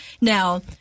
Now